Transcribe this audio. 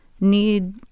need